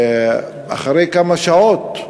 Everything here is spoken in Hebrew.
אחרי כמה שעות,